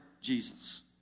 Jesus